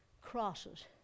crosses